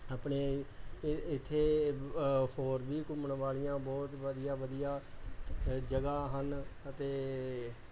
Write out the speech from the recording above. ਆਪਣੇ ਇੱਥੇ ਹੋਰ ਵੀ ਘੁੰਮਣ ਵਾਲੀਆਂ ਬਹੁਤ ਵਧੀਆ ਵਧੀਆ ਜਗ੍ਹਾ ਹਨ ਅਤੇ